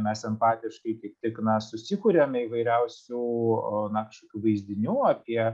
mes empatiškai kaip tik na susikuriame įvairiausių na kažkokių vaizdinių apie